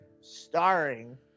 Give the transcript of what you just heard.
starring